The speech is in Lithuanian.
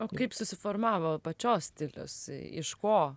o kaip susiformavo pačios stilius iš ko